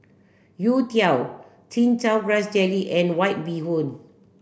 Youtiao chin chow grass jelly and white bee hoon